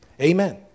Amen